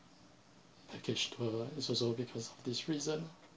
package tour is also because of this reason